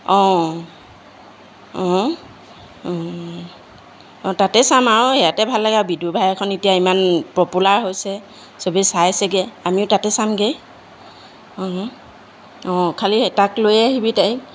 অঁ অঁ তাতে চাম আৰু ইয়াতে ভাল লাগে আৰু বিদুৰ ভাইখন এতিয়া ইমান পপুলাৰ হৈছে চবেই চাইছেগৈ আমিও তাতে চামগৈ অঁ খালি তাক লৈয়ে আহিবি তাইক